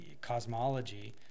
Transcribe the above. cosmology